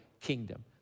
kingdom